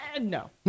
no